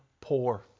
poor